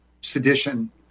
sedition